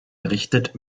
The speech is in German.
errichtet